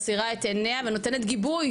מסירה את עיניה ונותנת גיבוי